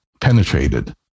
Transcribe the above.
penetrated